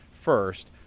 first